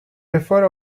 differ